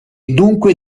dunque